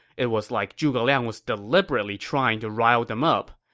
it was like zhuge liang was deliberately trying to rile them up,